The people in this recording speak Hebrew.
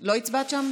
כן.